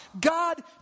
God